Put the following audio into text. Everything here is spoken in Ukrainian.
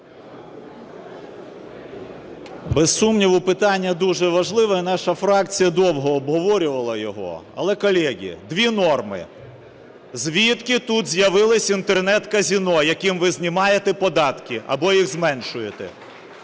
Без сумніву, питання дуже важливе і наша фракція довго обговорювала його. Але, колеги, дві норми: звідки тут з'явилися інтернет-казино, яким ви знімаєте податки або їх зменшуєте?